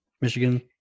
michigan